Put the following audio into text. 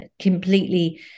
completely